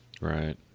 Right